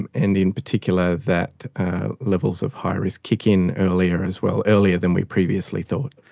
and and in particular that levels of high risk kick in earlier as well earlier than we previously thought.